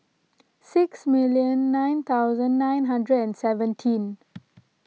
six million nine thousand nine hundred and seventeen